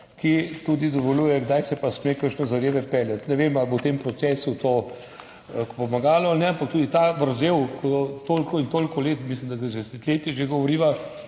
ki tudi dovoljuje, kdaj se sme kakšne zadeve peljati. Ne vem, ali bo v tem procesu to pomagalo ali ne, ampak tudi ta vrzel, toliko in toliko let, mislim, da zdaj že govoriva